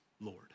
Lord